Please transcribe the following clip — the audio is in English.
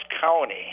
County